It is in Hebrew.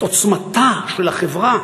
את עוצמתה של החברה